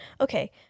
Okay